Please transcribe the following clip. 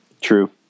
True